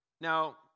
Now